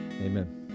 Amen